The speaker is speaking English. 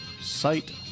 site